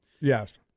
Yes